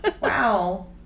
Wow